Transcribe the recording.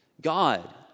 God